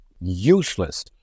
useless